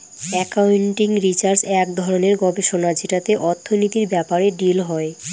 accounting research এক ধরনের গবেষণা যেটাতে অর্থনীতির ব্যাপারে ডিল হয়